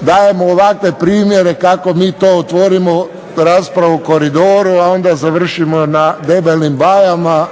dajemo ovakve primjere kako mi to otvorimo raspravu o koridoru, a onda završimo na debelim bajama,